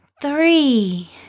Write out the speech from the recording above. three